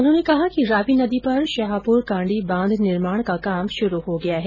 उन्होंने कहा कि रावी नदी पर शाहपुर कांडी बांध निर्माण का काम शुरू हो गया है